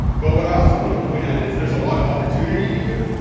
but what i also wanna point out is there's a lot of opportunity here,